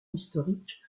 historique